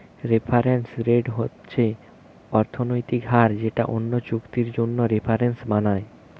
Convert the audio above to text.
reference rate হচ্ছে অর্থনৈতিক হার যেটা অন্য চুক্তির জন্যে রেফারেন্স বানায়